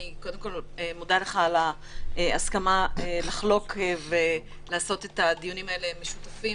קודם כול אני מודה לך על ההסכמה לחלוק ולעשות את הדיונים האלו משותפים.